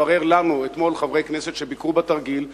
התברר לנו, לחברי הכנסת שביקרו בתרגיל אתמול,